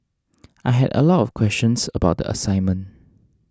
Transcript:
I had a lot of questions about the assignment